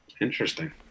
Interesting